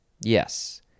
Yes